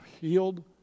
healed